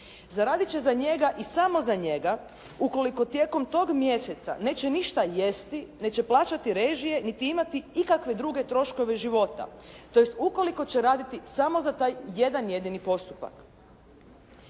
Zaradit će za njega i samo za njega ukoliko tijekom tog mjeseca neće ništa jesti, neće plaćati režije niti imati ikakve druge troškove života, tj. ukoliko će raditi samo za taj jedan jedini postupak.“